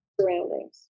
surroundings